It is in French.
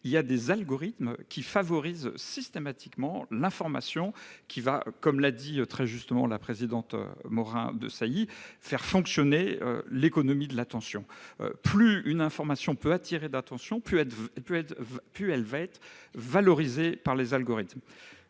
il y a des algorithmes favorisant systématiquement l'information qui va, comme l'a dit très justement la présidente Morin-Desailly, faire fonctionner l'économie de l'attention. Plus une information peut attirer de l'attention, plus elle va être valorisée par les algorithmes.